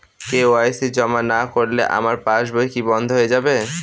KYC জমা না করলে আমার পাসবই কি বন্ধ হয়ে যাবে?